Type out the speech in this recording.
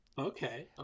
Okay